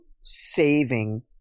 saving